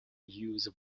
use